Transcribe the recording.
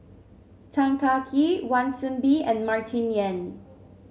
Tan Kah Kee Wan Soon Bee and Martin Yan